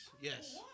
Yes